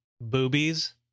boobies